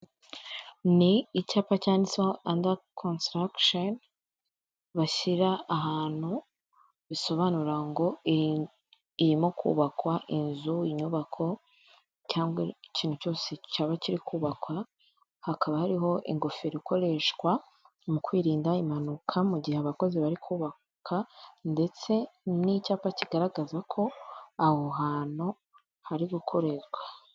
Ni icyapa cyanditseho anda konsuturakishoni bashyira ahantu, bisobanura ngo irimo kubakwa inzu inyubako cyangwa ikintu cyose cyaba kiri kubakwa hakaba hariho ingofero ikoreshwa mu kwirinda impanuka mu gihe abakozi bari kubaka ndetse n'icyapa kigaragaza ko aho hantu hari gukoreshwa.